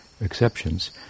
Exceptions